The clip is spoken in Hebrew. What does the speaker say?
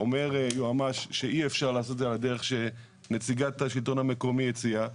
אומר היועמ"ש שאי אפשר לעשות את זה על הדרך שנציגת השלטון המקומי הציעה.